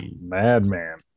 Madman